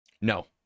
No